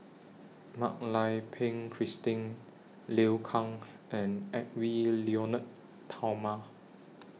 Mak Lai Peng Christine Liu Kang and Edwy Lyonet Talma